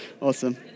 Awesome